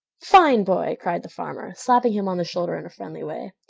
fine boy! cried the farmer, slapping him on the shoulder in a friendly way.